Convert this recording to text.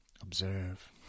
Observe